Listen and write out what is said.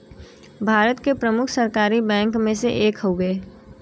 भारत के प्रमुख सरकारी बैंक मे से एक हउवे